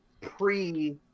pre